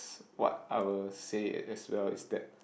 what I will say as well is that